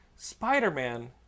Spider-Man